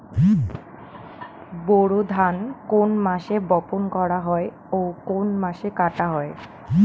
বোরো ধান কোন মাসে বপন করা হয় ও কোন মাসে কাটা হয়?